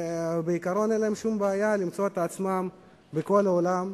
שבעיקרון אין להם שום בעיה למצוא את עצמם בכל העולם,